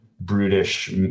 brutish